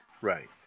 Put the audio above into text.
Right